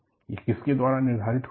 यह किसके द्वारा निर्धारित होती है